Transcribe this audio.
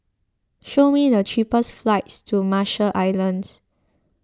show me the cheapest flights to Marshall Islands